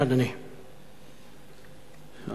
אדוני, בבקשה.